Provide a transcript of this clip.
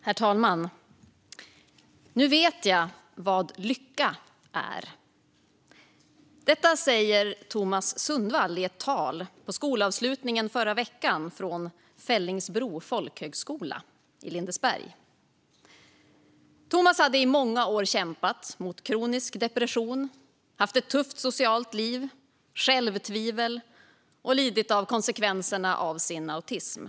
Herr talman! "Nu vet jag vad lycka är." Det sa Thomas Sundvall i ett tal på skolavslutningen i förra veckan på Fellingsbro folkhögskola i Lindesberg. Thomas hade i många år kämpat mot kronisk depression. Han hade haft ett tufft socialt liv, haft självtvivel och lidit av konsekvenserna av sin autism.